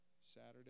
Saturday